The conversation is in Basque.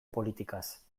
politikaz